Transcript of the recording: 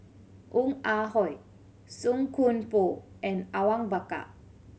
Ong Ah Hoi Song Koon Poh and Awang Bakar